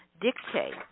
dictate